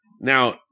Now